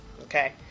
Okay